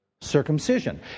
Circumcision